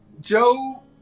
Joe